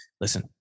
listen